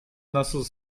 nasıl